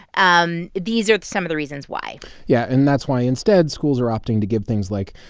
um these are some of the reasons why yeah, and that's why, instead, schools are opting to give things, like,